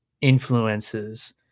influences